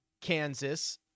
Kansas